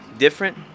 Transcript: Different